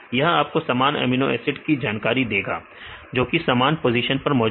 यह आपको समान अमीनो एसिड की जानकारी देगा जोकि समान पोजीशन पर मौजूद है